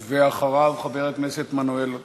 ואחריו, חבר הכנסת מנואל טרכטנברג.